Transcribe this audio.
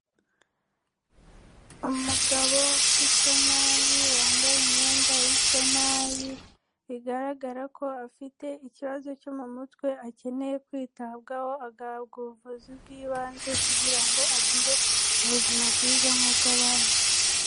Umugabo usa nabi, wambaye imyenda ya isa nabi, bigaragara ko afite ikibazo cyo mu mutwe akeneye kwitabwaho agahabwa ubuvuzi bw'ibanze kugira ngo, agire ubuzima bwiza nk'ubw'abandi.